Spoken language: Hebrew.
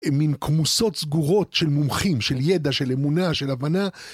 עם מין כמוסות סגורות של מומחים, של ידע, של אמונה, של הבנה.